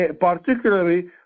particularly